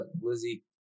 Lizzie